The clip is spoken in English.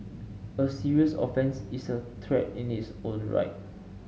a serious offence is a threat in its own right